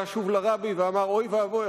בא שוב לרבי ואמר: אוי ואבוי,